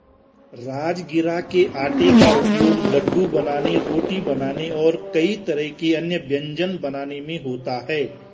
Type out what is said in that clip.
राजगिरा के आटे का उपयोग लड्डू बनाने रोटी बनाने और कई तरह के अन्य व्यंजन बनाने में होता है